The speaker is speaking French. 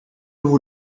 vous